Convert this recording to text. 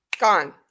gone